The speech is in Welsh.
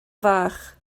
fach